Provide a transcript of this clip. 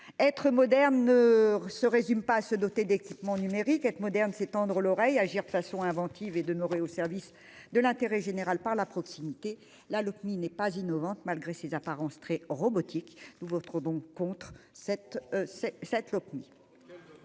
être moderne ne se résume pas à se doter d'équipements numériques, être moderne c'est tendre l'oreille agir de façon inventive et demeurer au service de l'intérêt général, par la proximité, la Lopmi n'est pas innovante malgré ses apparences très robotique nous trop donc contre cette cette